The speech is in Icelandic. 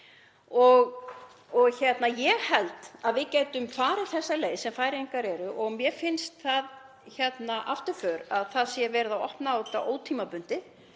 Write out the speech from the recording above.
Ég held að við getum farið þessa leið sem Færeyingar hafa farið og mér finnst það afturför að það sé verið að opna á þetta ótímabundið.